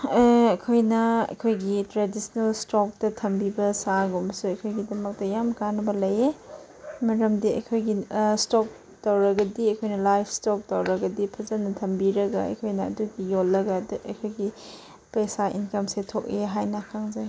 ꯑꯩꯈꯣꯏꯅ ꯑꯩꯈꯣꯏꯒꯤ ꯇ꯭ꯔꯦꯗꯤꯁꯅꯦꯜ ꯏꯁꯇꯣꯛꯇ ꯊꯝꯕꯤꯕ ꯁꯥꯒꯨꯝꯕꯁꯨ ꯑꯩꯈꯣꯏꯒꯤꯗꯃꯛꯇ ꯌꯥꯝ ꯀꯥꯟꯅꯕ ꯂꯩꯌꯦ ꯃꯔꯝꯗꯤ ꯑꯩꯈꯣꯏꯒꯤ ꯏꯁꯇꯣꯛ ꯇꯧꯔꯒꯗꯤ ꯑꯩꯈꯣꯏꯅ ꯂꯥꯏꯐ ꯏꯁꯇꯣꯛ ꯇꯧꯔꯕꯗꯤ ꯐꯖꯅ ꯊꯝꯕꯤꯔꯒ ꯑꯩꯈꯣꯏꯅ ꯑꯗꯨꯒꯤ ꯌꯣꯜꯂꯒ ꯑꯗꯨ ꯑꯩꯈꯣꯏꯒꯤ ꯄꯩꯁꯥ ꯏꯟꯀꯝꯁꯤ ꯊꯣꯛꯏ ꯍꯥꯏꯅ ꯈꯟꯖꯩ